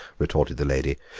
retorted the lady,